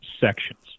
sections